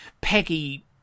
Peggy